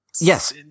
yes